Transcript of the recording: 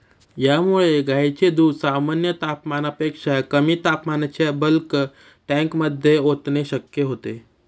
यामुळे गायींचे दूध सामान्य तापमानापेक्षा कमी तापमानाच्या बल्क टँकमध्ये ओतणे शक्य होते